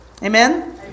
amen